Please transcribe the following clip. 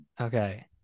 Okay